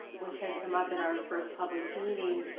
which had come up in our first public meeting,